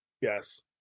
Yes